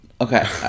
okay